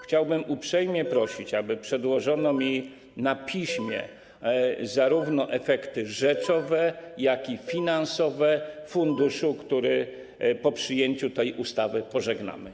Chciałbym uprzejmie prosić, aby przedłożono mi na piśmie zarówno efekty rzeczowe, jak i finansowe funduszu, który po przyjęciu tej ustawy pożegnamy.